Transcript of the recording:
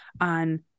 on